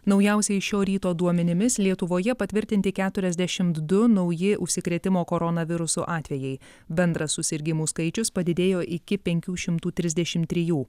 naujausiais šio ryto duomenimis lietuvoje patvirtinti keturiasdešimt du nauji užsikrėtimo koronavirusu atvejai bendras susirgimų skaičius padidėjo iki penkių šimtų trisdešimt trijų